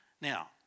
Now